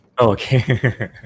Okay